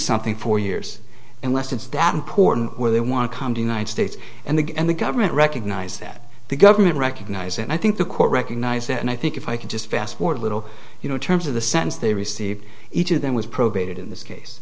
something for years unless it's that important where they want to come to united states and the and the government recognized that the government recognize and i think the court recognized that and i think if i can just fast forward a little you know terms of the sense they received each of them was probated in this case